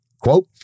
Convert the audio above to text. Quote